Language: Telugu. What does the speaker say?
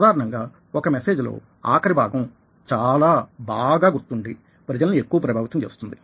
సాధారణంగా ఒక మెసేజ్ లో ఆఖరి భాగం చాలా బాగా గుర్తుండి ప్రజల్ని ఎక్కువ ప్రభావితం చేస్తుంది